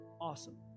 Awesome